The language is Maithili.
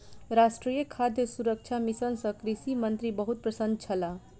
राष्ट्रीय खाद्य सुरक्षा मिशन सँ कृषि मंत्री बहुत प्रसन्न छलाह